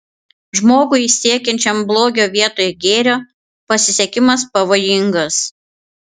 žmogui siekiančiam blogio vietoj gėrio pasisekimas pavojingas